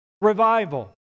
revival